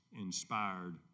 inspired